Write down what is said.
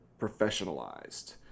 professionalized